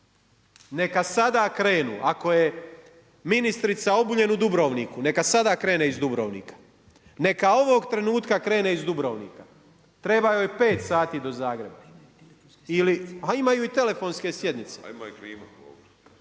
neka sada krenu, ako je ministrica Obuljen u Dubrovniku, neka sada krene iz Dubrovnika, neka ovog trenutka krene iz Dubrovnika, treba joj 5 sati do Zagreba ili, a imaju i telefonske sjednice.